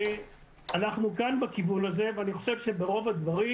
אנחנו בכיוון הזה ואני חושב שברוב הדברים